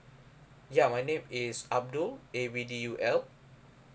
ya my name is abdul A B D U L